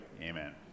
Amen